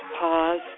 pause